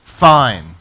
fine